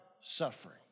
suffering